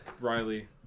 Riley